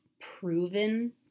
proven